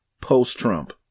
post-Trump